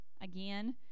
again